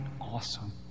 awesome